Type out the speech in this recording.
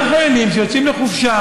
גם חיילים שיוצאים לחופשה,